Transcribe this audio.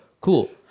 cool